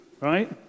right